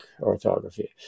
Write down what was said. orthography